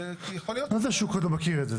מה זה השוק עוד לא מכיר את זה?